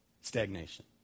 Stagnation